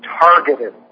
targeted